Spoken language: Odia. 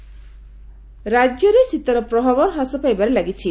ପାଣିପାଗ ରାକ୍ୟରେ ଶୀତର ପ୍ରଭାବ ହ୍ରାସ ପାଇବାରେ ଲାଗିଛି